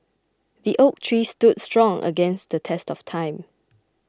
the oak tree stood strong against the test of time